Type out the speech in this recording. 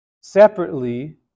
separately